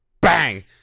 bang